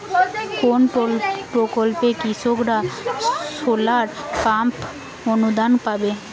কোন প্রকল্পে কৃষকরা সোলার পাম্প অনুদান পাবে?